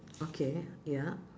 okay ya